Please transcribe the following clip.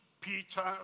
Peter